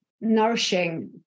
nourishing